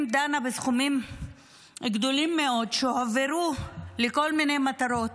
דנה בסכומים גדולים מאוד שהועברו לכל מיני מטרות